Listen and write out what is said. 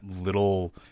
little